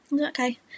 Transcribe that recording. Okay